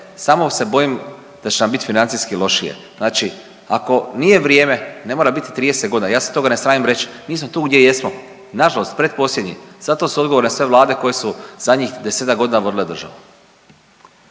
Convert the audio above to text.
samo se bojim da će nam biti financijski lošije. Znači ako nije vrijeme, ne mora biti 30 godina, ja se toga ne sramim reć, mi smo tu gdje jesmo nažalost pretposljednji. Za to su odgovorne sve vlade koje su zadnjih desetak godina vodile državu.